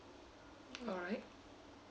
alright